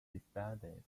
disbanded